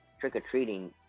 trick-or-treating